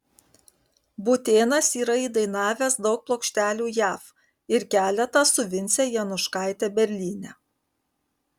būtėnas yra įdainavęs daug plokštelių jav ir keletą su vince januškaite berlyne